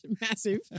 Massive